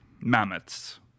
mammoths